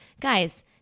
Guys